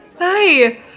Hi